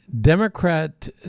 Democrat